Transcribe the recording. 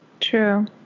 True